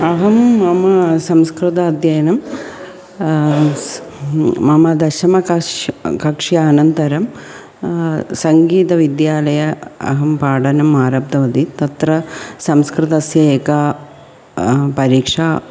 अहं मम संस्कृताध्ययनं मम दशमकक्षायां कक्षानन्तरं सङ्गीतविद्यालये अहं पाठनम् आरब्धवती तत्र संस्कृतस्य एका परीक्षा